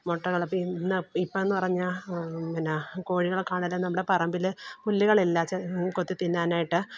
മൊട്ടകളപ്പി ഇന്ന് ഇപ്പം എന്ന് പറഞ്ഞാൽ അങ്ങനെ കോഴികളൊക്കെ ആണേലും നമ്മുടെ പറമ്പിൽ പുല്ലുകളില്ല കൊത്തി തിന്നാനായിട്ട്